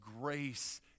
grace